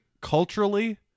culturally